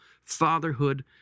fatherhood